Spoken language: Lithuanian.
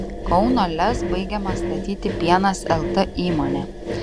kauno lez baigiama statyti pienas lt įmonė